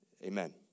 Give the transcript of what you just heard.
Amen